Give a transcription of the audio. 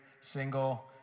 single